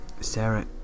Sarah